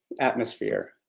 atmosphere